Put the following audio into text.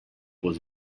was